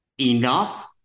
Enough